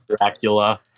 Dracula